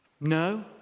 No